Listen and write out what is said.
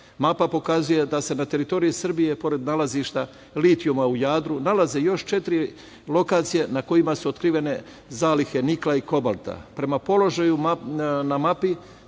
Mapa pokazuje da se na teritoriji Srbije pored nalazišta litijuma u Jadru nalaze još četiri lokacije na kojima su otkrivene zalihe nikla i kobalta. Prema položaju na mapi